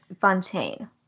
Fontaine